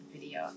video